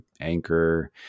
anchor